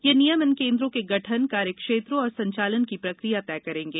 ये नियम इन केंद्रों के गठन कार्यक्षेत्र और संचालन की प्रक्रिया तय करेंगे